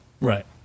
right